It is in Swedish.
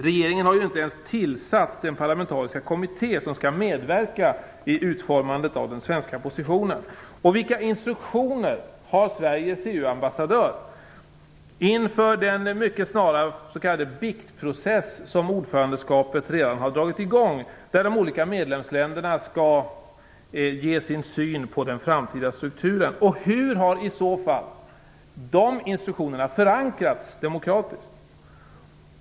Regeringen har inte ens tillsatt den parlamentariska kommitté som skall medverka i utformandet av den svenska positionen. Vilka instruktioner har Sveriges EU-ambassadör inför den mycket snara s.k. biktprocess som ordförandeskapet redan har dragit i gång, där de olika medlemsländerna skall ge sin syn på den framtida strukturen? Och hur har de instruktionerna förankrats demokratiskt?